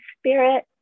Spirit